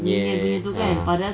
minion ah